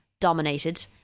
dominated